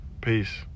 peace